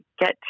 get